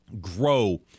grow